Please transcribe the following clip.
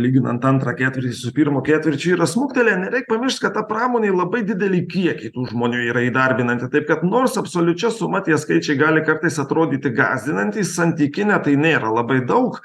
lyginant antrą ketvirtį su pirmu ketvirčiu yra smuktelėję nereik pamiršt kad ta pramonei labai didelį kiekį tų žmonių yra įdarbinanti taip kad nors absoliučia suma tie skaičiai gali kartais atrodyti gąsdinantys santykine tai nėra labai daug